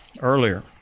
earlier